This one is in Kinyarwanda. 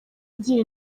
agira